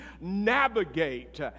navigate